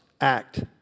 act